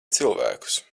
cilvēkus